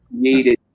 created